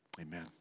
Amen